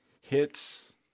hits